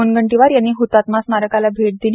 मुनगंटीवार यांनी हृतात्मा स्मारकाला भेट दिली